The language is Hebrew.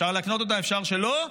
אפשר להקנות אותה ואפשר שלא.